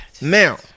now